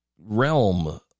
realm